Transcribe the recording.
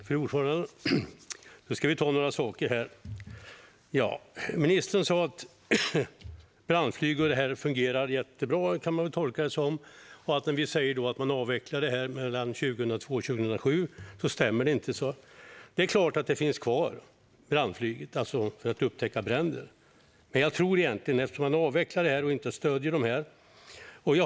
Fru talman! Ministern sa att brandflyget fungerar jättebra. Så kan man tolka det. När vi säger att man avvecklade brandflyget mellan 2002 och 2007 stämmer det tydligen inte - det är klart att brandflyget finns kvar för att upptäcka bränder. Men det här avvecklades och stöds inte.